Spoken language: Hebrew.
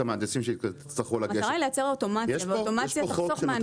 המטרה היא לייצר אוטומציה ואוטומציה תחסוך.